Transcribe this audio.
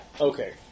Okay